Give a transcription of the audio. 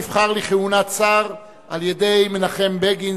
נבחר לכהונת שר על-ידי מנחם בגין,